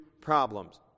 problems